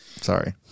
Sorry